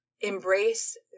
embrace